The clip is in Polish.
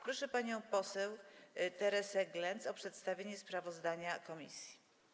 Proszę panią poseł Teresę Glenc o przedstawienie sprawozdania komisji.